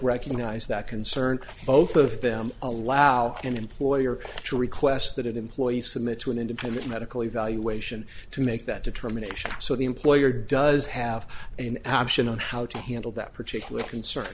recognize that concern both of them allow an employer to request that employees submit to an independent medical evaluation to make that determination so the employer does have an option on how to handle that particular concern